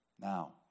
Now